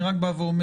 אני רק בא ואומר,